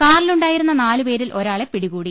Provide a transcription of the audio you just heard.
കാറിലുണ്ടായി രുന്ന നാലുപേരിൽ ഒരാളെ പിടികൂടി